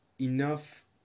enough